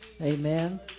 Amen